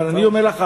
אבל אני אומר לך,